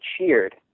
cheered